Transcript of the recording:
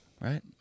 right